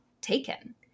taken